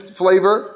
flavor